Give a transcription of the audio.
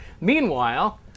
Meanwhile